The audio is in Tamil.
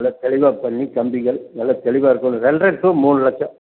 நல்ல தெளிவாக பண்ணி கம்பிகள் நல்ல தெளிவாக இருக்கணும் ரெண்ட்ரை டு மூணு லட்சம்